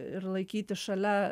ir laikyti šalia